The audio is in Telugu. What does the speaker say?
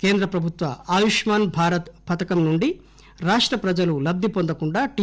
కేంద్ర ప్రభుత్వ ఆయుష్మాన్ భారత్ పథకం నుండి రాష్ట ప్రజలు లబ్ది పొందకుండా టి